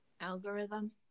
algorithm